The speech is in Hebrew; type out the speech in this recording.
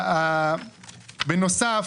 בנוסף,